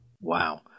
Wow